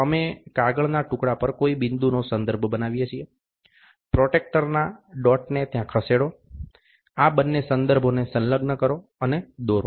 અમે કાગળના ટુકડા પર કોઈ બિંદુનો સંદર્ભ બનાવીએ છીએ પ્રોટેક્ટરના ડોટને ત્યાં ખસેડો આ બંને સંદર્ભોને સંલગ્ન કરો અને દોરો